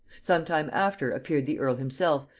some time after appeared the earl himself,